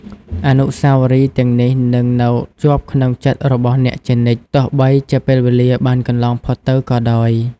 អនុស្សាវរីយ៍ទាំងនេះនឹងនៅជាប់ក្នុងចិត្តរបស់អ្នកជានិច្ច ទោះបីជាពេលវេលាបានកន្លងផុតទៅក៏ដោយ។